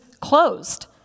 closed